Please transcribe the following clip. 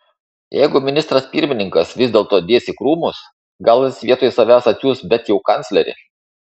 jeigu ministras pirmininkas vis dėlto dės į krūmus gal jis vietoj savęs atsiųs bet jau kanclerį